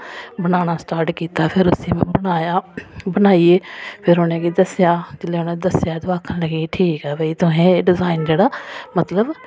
बनाना स्टार्ट कीता फिर उस्सी में बनाया बनाइयै फिर उ'नें गी दस्सेआ जिल्लै उ'नेंगी दस्सेआ ते ओह् आखन लगे ठीक ऐ भाई तुसें एह् डिजाइन जेह्ड़ा मतलब